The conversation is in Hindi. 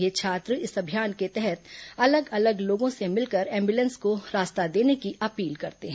ये छात्र इस अभियान के तहत अलग अलग लोगों से मिलकर एम्ब्रेलेंस को रास्ता देने की अपील करते हैं